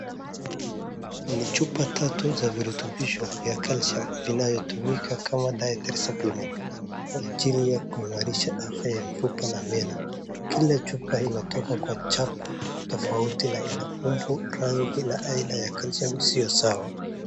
Ni chupa tatu ya virutubisho ya calcium vinayotunika kama diet supplement kwa ajili ya kuimarisha afya ya mfupa na meno kila chupa inatoka kwa chapu tofauti na ina umbo , rangi na aina ya calcium sio sawa .